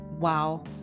wow